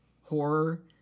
horror